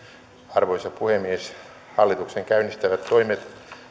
arvoisa puhemies hallituksen käynnistämät toimet